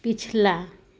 पिछला